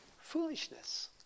foolishness